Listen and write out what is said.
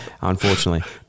unfortunately